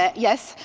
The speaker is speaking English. ah yes,